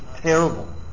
terrible